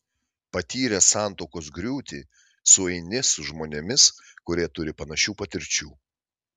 patyręs santuokos griūtį sueini su žmonėmis kurie turi panašių patirčių